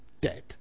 dead